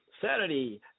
Saturday